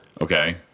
Okay